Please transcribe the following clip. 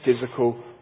physical